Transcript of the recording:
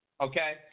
okay